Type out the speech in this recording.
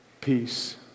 Peace